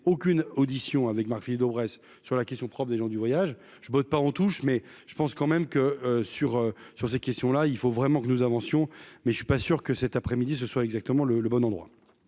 aucune audition avec ma fille, Daubresse sur la question, profs, des gens du voyage je botte pas en touche, mais je pense quand même que sur sur ces questions-là, il faut vraiment que nous avancions mais je suis pas sûr que cet après-midi, ce soit exactement le le bon endroit